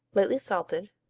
lightly salted,